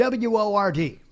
WORD